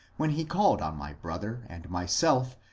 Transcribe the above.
when he called on my brother and myself,